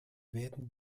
werden